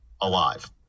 alive